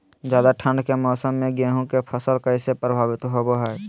ज्यादा ठंड के मौसम में गेहूं के फसल कैसे प्रभावित होबो हय?